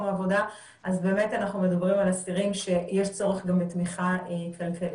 עבודה אז באמת אנחנו מדברים על אסירים שיש צורך גם בתמיכה פריפרית.